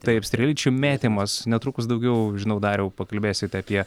taip strėlyčių mėtymas netrukus daugiau žinau dariau pakalbėsit apie